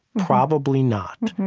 probably not.